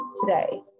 today